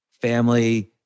family